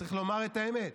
צריך לומר את האמת: